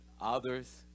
others